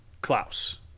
klaus